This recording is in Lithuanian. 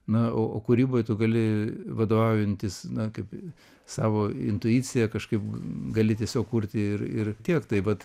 na o o kūryboj tu gali vadovaujantis na kaip savo intuicija kažkaip gali tiesiog kurti ir ir tiek taip vat